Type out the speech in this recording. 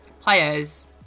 Players